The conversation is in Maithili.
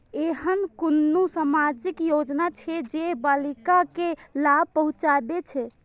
ऐहन कुनु सामाजिक योजना छे जे बालिका के लाभ पहुँचाबे छे?